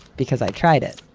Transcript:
because i tried it.